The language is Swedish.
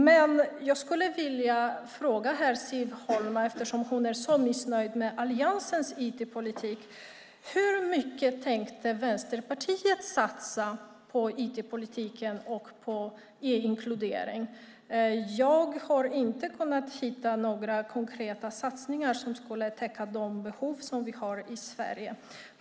Men jag skulle vilja fråga Siv Holma, eftersom hon är så missnöjd med Alliansens IT-politik, hur mycket Vänsterpartiet tänkte satsa på IT-politiken och på e-inkludering. Jag har inte kunnat hitta några konkreta satsningar som skulle täcka de behov som vi har i Sverige.